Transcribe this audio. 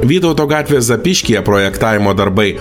vytauto gatvės zapyškyje projektavimo darbai